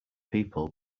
people